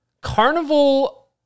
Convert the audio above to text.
Carnival